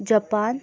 Japan